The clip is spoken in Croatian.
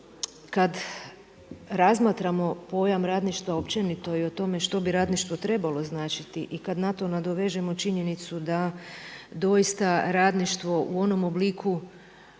kada razmatramo pojam radništva općenito i o tome što bi radništvo trebalo značiti i kada na to nadovežemo činjenicu da doista radništvo u onom obliku